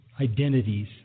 identities